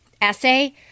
essay